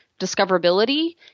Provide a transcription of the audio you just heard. discoverability